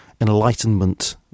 enlightenment